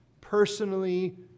Personally